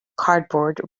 cardboard